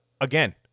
again